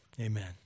amen